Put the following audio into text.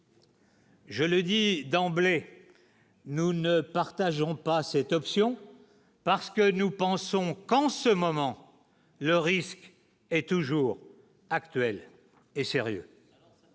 Je le dis d'emblée, nous ne partageons pas cette option, parce que nous pensons qu'en ce moment, le risque est toujours actuel est sérieux,